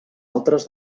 altres